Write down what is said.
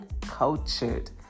cultured